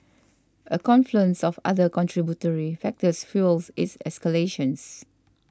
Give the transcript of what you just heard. a confluence of other contributory factors fuels its escalations